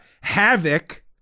havoc